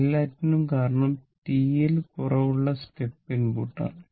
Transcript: എല്ലാറ്റിനും കാരണം t ൽ കുറവുള്ള സ്റ്റെപ്പ് ഇൻപുട്ട് ആണ്